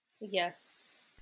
Yes